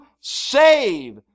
save